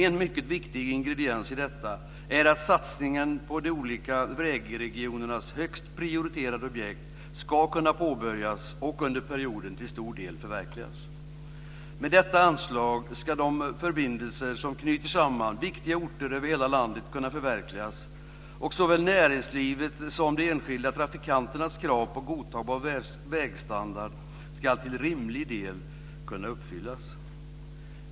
En mycket viktig ingrediens i detta är att satsningen på de olika vägregionernas högst prioriterade objekt ska kunna påbörjas och till stor del förverkligas under perioden. Med detta anslag ska de förbindelser som knyter samman viktiga orter över hela landet kunna förverkligas. Såväl näringslivets som de enskilda trafikanternas krav på godtagbar vägstandard ska till rimlig del kunna uppfyllas.